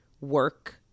work